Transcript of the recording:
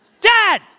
Dad